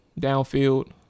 downfield